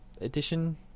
edition